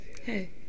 hey